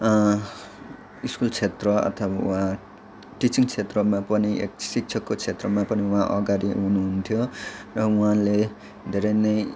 school क्षेत्र अथवा teaching क्षेत्रमा पनि एक शिक्षकको क्षेत्रमा पनि उहाँ अघाडि हुनुहुन्थ्यो र उहाँले धेरै नै